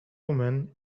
women